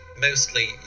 Mostly